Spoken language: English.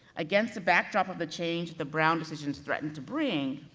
against the backdrop of the change the brown decisions threatened to bring,